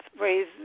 raise